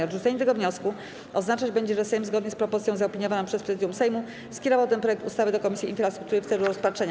Odrzucenie tego wniosku oznaczać będzie, że Sejm zgodnie z propozycją zaopiniowaną przez Prezydium Sejmu, skierował ten projekt ustawy do Komisji Infrastruktury w celu rozpatrzenia.